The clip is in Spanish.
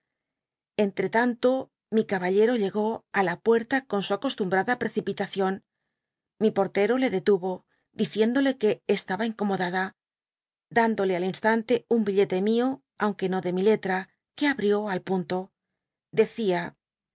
entre tanto nii caballero llegó á la puerta con su acostumbrada precipitación n portera le detuvo diciendole que estaba incooodada dándole al instante un billete mío aunque n de nú letra que abiád al punto decia